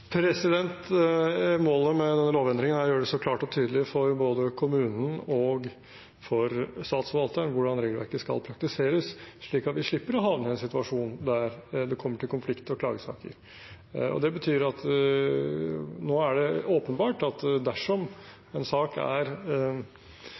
Målet med denne lovendringen er å gjøre det klart og tydelig for både kommunen og Statsforvalteren hvordan regelverket skal praktiseres, slik at vi slipper å havne i en situasjon der det kommer til konflikt og klagesaker. Det betyr at nå er det åpenbart at dersom